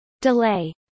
delay